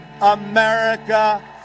America